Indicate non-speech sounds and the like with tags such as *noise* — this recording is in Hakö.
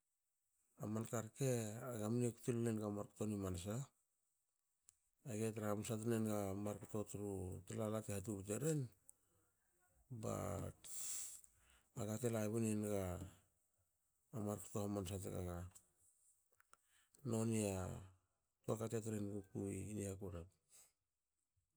Man karke manka rke aga mne kukute lol enga poti mansa, age tra hamanse naga markto tru tulala te hatubuteren ba *hesitation* aga te labin enga markto hamansa tagaga. Noni a tuaka te tere nuguku i niaku rek.